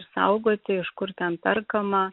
išsaugoti iš kur ten perkama